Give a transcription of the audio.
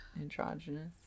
androgynous